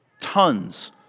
tons